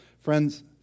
Friends